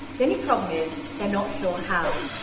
the only problem is they're not sure how.